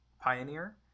Pioneer